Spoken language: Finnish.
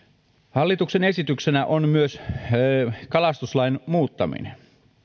hallituksen esityksenä on myös kalastuslain muuttaminen